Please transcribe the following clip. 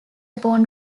upon